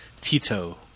Tito